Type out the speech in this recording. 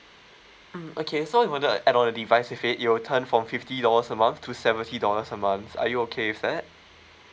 mm okay so you wanted to add on a device with it it will turn from fifty dollars a month to seventy dollars a month are you okay with that